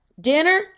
dinner